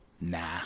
nah